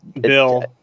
Bill